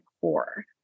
core